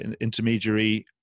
intermediary